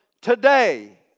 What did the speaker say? today